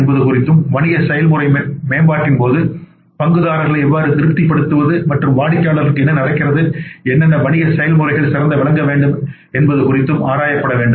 என்பது குறித்தும் வணிக செயல்முறை மேம்பாட்டின் போது பங்குதாரர்களை எவ்வாறு திருப்தி படுத்துவது மற்றும் வாடிக்கையாளர்களுக்கு என்ன நடக்கிறது என்னென்ன வணிக செயல்முறைகள் சிறந்து விளங்க வேண்டும் என்பது குறித்தும் ஆராயப்பட வேண்டும்